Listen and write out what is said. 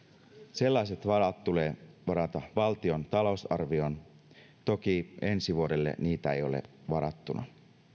sellaiset varat tulee varata valtion talousarvioon toki ensi vuodelle niitä ei ole varattuna